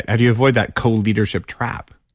how do you avoid that co-leadership trap?